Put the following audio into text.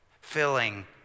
Filling